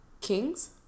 kings